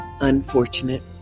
unfortunate